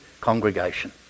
congregation